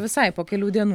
visai po kelių dienų